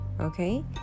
okay